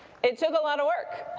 it took a lot of work.